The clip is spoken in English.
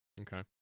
Okay